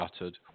uttered